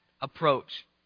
approach